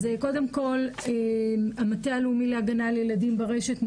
אז קודם כל המטה הלאומי להגנה על ילדים ברשת,